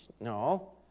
No